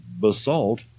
basalt